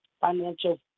financial